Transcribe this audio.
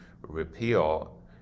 repeal